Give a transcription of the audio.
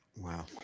Wow